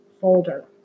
folder